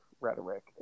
rhetoric